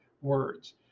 words